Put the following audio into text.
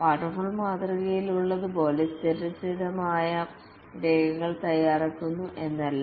waterfall മാതൃകയിലുള്ളതുപോലെ സ്ഥിരസ്ഥിതിയായി രേഖകൾ തയ്യാറാക്കുന്നു എന്നല്ല